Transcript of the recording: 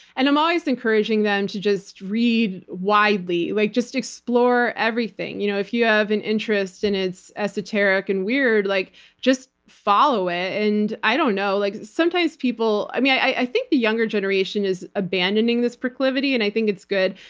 and i'm always encouraging them to just read widely. like just explore everything. you know if you have an interest and it's esoteric and weird, like just follow it. i don't know, like sometimes people. yeah i think the younger generation is abandoning this proclivity, and i think it's good.